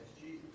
Jesus